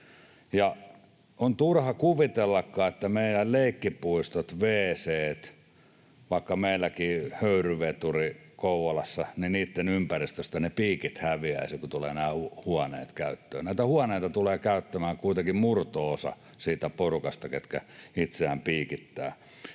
on turha kuvitellakaan, että meidän leikkipuistoista, wc:istä — meilläkin höyryveturin ympäristö Kouvolassa — ne piikit häviäisivät, kun tulevat nämä huoneet käyttöön. Näitä huoneita tulee käyttämään kuitenkin murto-osa siitä porukasta, ketkä itseään piikittää.